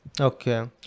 Okay